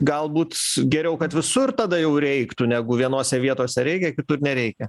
galbūt geriau kad visur tada jau reiktų negu vienose vietose reikia kitur nereikia